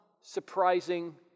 surprising